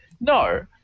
No